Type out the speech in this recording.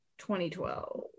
2012